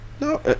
No